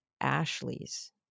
Ashley's